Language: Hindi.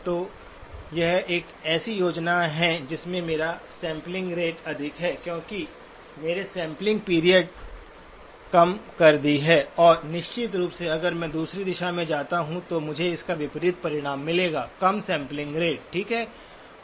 तो यह एक ऐसी योजना है जिसमें मेरा सैंपलिंग रेट अधिक है क्योंकि मेरी सैंपलिंग पीरियड कम कर दी गई है और निश्चित रूप से अगर मैं दूसरी दिशा में जाता हूं तो मुझे इसका विपरीत परिणाम मिलेगा कम सैंपलिंग रेट ठीक है